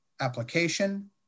application